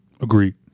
Agreed